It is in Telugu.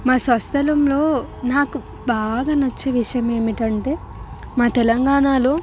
మా స్వస్థలంలో నాకు బాగా నచ్చిన విషయం ఏమిటంటే తెలంగాణలో